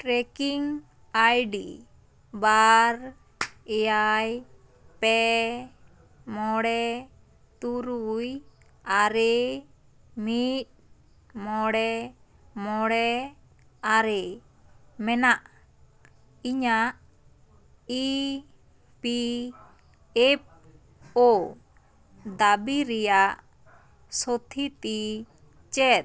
trekking ID ᱵᱟᱨ ᱮᱭᱟᱭ ᱯᱮ ᱢᱚᱬᱮ ᱛᱩᱨᱩᱭ ᱟᱨᱮ ᱢᱤᱫ ᱢᱚᱬᱮ ᱢᱚᱬᱮ ᱟᱨᱮ ᱢᱮᱱᱟᱜ ᱤᱧᱟᱹᱜ ᱤ ᱯᱤ ᱮᱯᱷ ᱳ ᱫᱟᱹᱵᱤ ᱨᱮᱱᱟᱜ ᱥᱚᱛᱷᱤᱛᱤ ᱪᱮᱫ